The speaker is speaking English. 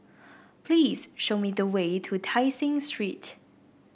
please show me the way to Tai Seng Street